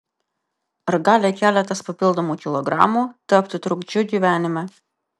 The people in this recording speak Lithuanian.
ar gali keletas papildomų kilogramų tapti trukdžiu gyvenime